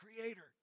creator